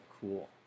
cool